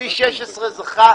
כביש 16 זכתה,